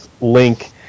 link